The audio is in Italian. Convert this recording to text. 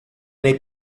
nei